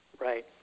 Right